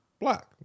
Black